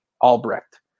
Albrecht